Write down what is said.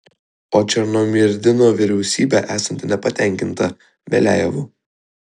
o černomyrdino vyriausybė esanti nepatenkinta beliajevu